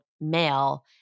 male